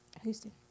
Houston